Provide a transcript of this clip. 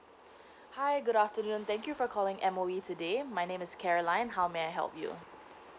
hi good afternoon thank you for calling M_O_E today my name is Caroline how may I help you